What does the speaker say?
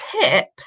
tips